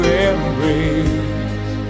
embrace